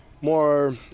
more